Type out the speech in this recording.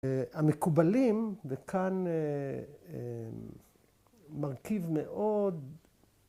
‫המקובלים, וכאן מרכיב מאוד...